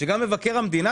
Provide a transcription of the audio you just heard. גם מבקר המדינה,